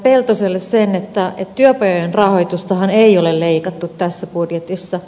peltoselle sen että työpajojen rahoitustahan ei ole leikattu tässä budjetissa